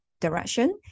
direction